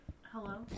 Hello